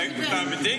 הוא באמת לא דיבר.